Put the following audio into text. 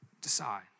decide